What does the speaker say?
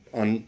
on